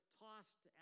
tossed